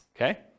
okay